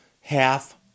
half